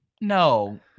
No